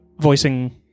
voicing